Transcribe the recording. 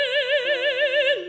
really